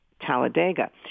Talladega